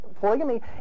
polygamy